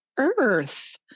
earth